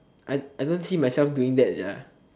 I I don't see myself doing that sia